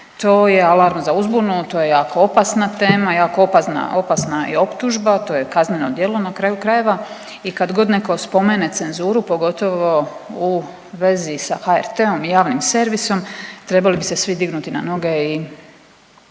to je alarm za uzbunu, to je jako opasna tema, jako opasna, opasna i optužba, to je kazneno djelo na kraju krajeva i kad god neko spomene cenzuru, pogotovo u vezi sa HRT-om i javnim servisom trebali bi se svi dignuti na noge i,